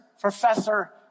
professor